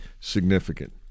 significant